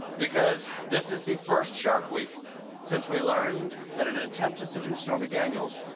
because this is the first shark week since we learned that in an attempt to seduce stormy daniels,